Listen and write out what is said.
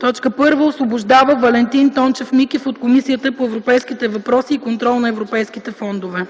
1. Освобождава Валентин Тончев Микев от Комисията по европейските въпроси и контрол на европейските фондове.”